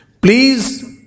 please